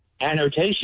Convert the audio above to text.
annotation